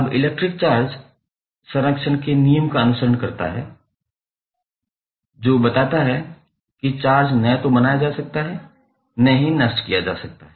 अब electric charge संरक्षण के नियम का अनुसरण करता है जो बताता है कि चार्ज न तो बनाया जा सकता है और न ही नष्ट किया जा सकता है